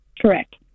Correct